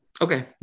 Okay